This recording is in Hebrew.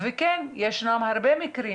וכן, ישנם הרבה מקרים